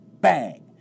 bang